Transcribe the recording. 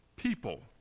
People